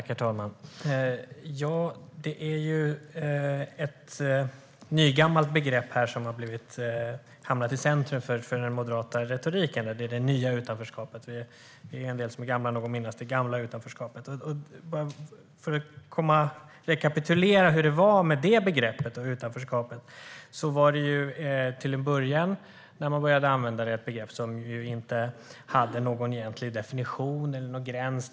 Herr talman! Det är ett nygammalt begrepp som har hamnat i centrum för den moderata retoriken, och det är "det nya utanförskapet". Det finns en del som är gamla nog att minnas det gamla utanförskapet. För att rekapitulera hur det var med det begreppet: När man började använda det var det ett begrepp som inte hade någon egentlig definition eller gräns.